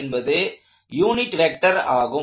என்பது unit vector ஆகும்